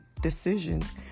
decisions